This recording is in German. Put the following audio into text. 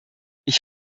ich